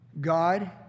God